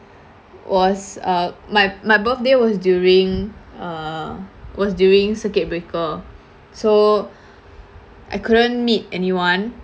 was uh my my birthday was during err was during circuit breaker so I couldn't meet anyone